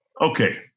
Okay